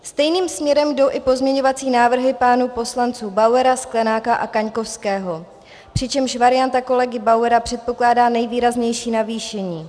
Stejným směrem jdou i pozměňovací návrhy pánů poslanců Bauera, Sklenáka a Kaňkovského, přičemž varianta kolegy Bauera předpokládá nejvýraznější navýšení.